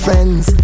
Friends